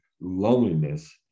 loneliness